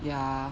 ya